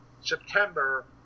September